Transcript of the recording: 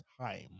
time